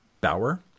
Bauer